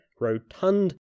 rotund